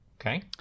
Okay